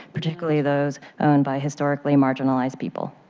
particularly those owned by historically marginalized people.